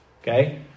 Okay